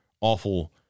awful